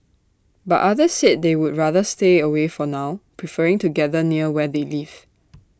but others said they would rather stay away for now preferring to gather near where they live